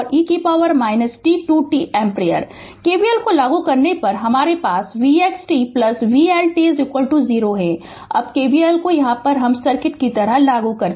KVL को लागू करने पर हमारे पास v x t vLt 0 है अब KVL को यहां सर्किट में लागू करें